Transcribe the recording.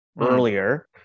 earlier